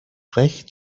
recht